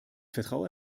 vertraue